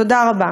תודה רבה.